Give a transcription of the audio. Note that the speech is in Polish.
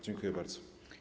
Dziękuję bardzo.